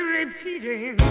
repeating